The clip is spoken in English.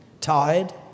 Tired